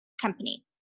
company